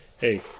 Hey